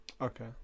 Okay